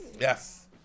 Yes